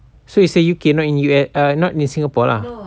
so it's in U_K not in U_S not in singapore lah